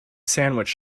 sandwich